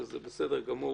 זה בסדר גמור.